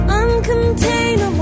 uncontainable